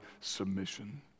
submission